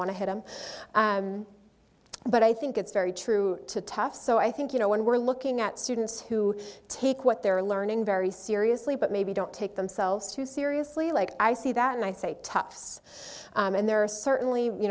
want to him but i think it's very true to tough so i think you know when we're looking at students who take what they're learning very seriously but maybe don't take themselves too seriously like i see that and i say tops and there are certainly you